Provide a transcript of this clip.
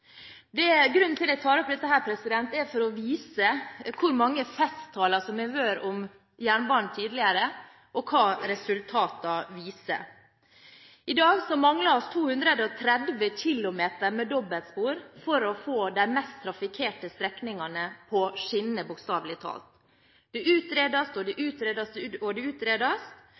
Grunnen til at jeg tar opp dette, er for å vise hvor mange festtaler en hørte om jernbanen tidligere, og hva resultatene viser. I dag mangler vi 230 km med dobbeltspor for å få de mest trafikkerte strekningene på skinner – bokstavelig talt. Det utredes, og det utredes, og det en nå konsentrerer seg om å snakke mest om og